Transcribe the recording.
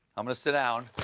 i'm going to sit down.